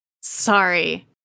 Sorry